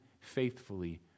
faithfully